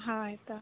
ᱦᱳᱭ ᱛᱳ